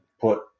put